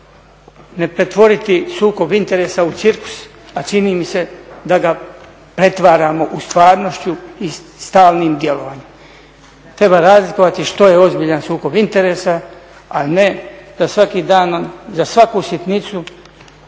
ne pretvoriti sukob interesa u cirkus, a čini mi se da ga pretvaramo u stvarnošću i stalnim djelovanjem. Treba razlikovati što je ozbiljan sukob interesa, a ne da svaki dan nam za svaku sitnicu